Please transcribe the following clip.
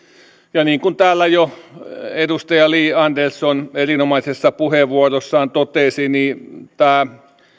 ja niin kuin täällä jo edustaja li andersson erinomaisessa puheenvuorossaan totesi niin tämä